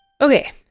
Okay